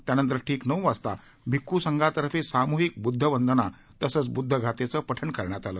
यानंतर ठीक नऊ वाजता भिक्खू संघातर्फे सामूहिक बुद्धवंदना तसंच बुद्धगाथेचं पठण करण्यात आलं